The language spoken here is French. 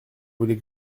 voulez